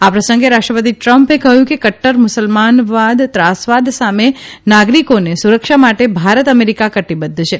આ પ્રસંગે રાષ્ટ્રપતિ ટ્રંપે કહ્યું કે કદર મુસલમાન ત્રાસવાદ સામે નાગરિકોને સુરક્ષા માટે ભારત અમેરિકા કટિબદ્ધ છે